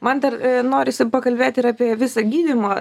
man dar norisi pakalbėt ir apie visą gydymą